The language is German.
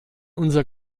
unser